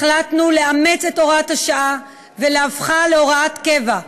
החלטנו לאמץ את הוראת השעה ולהופכה להוראת קבע.